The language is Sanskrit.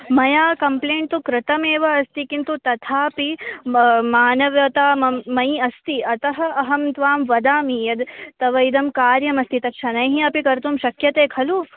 मया कम्प्लेण्ड् तु कृतमेव अस्ति किन्तु तथापि मानवता मम मयि अस्ति अतः अहं त्वां वदामि यद् तव इदं कार्यमस्ति तद् शनैः अपि कर्तुं शक्यते खलु